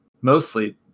mostly